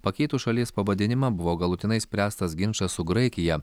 pakeitus šalies pavadinimą buvo galutinai išspręstas ginčas su graikija